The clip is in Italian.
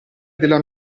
della